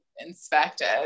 inspected